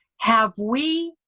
have we